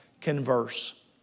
converse